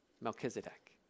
Melchizedek